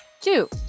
Two